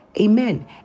amen